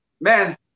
man